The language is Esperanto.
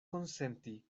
konsenti